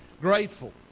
grateful